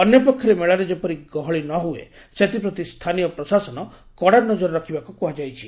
ଅନ୍ୟପକ୍ଷରେ ମେଳାରେ ଯେପରି ଗହଳି ନହୁଏ ସେଥିପ୍ରତି ସ୍ଚାନୀୟ ପ୍ରଶାସନ କଡା ନଜର ରଖିବାକୁ କୁହାଯାଇଛି